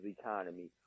economy